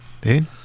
dude